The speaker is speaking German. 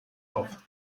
auf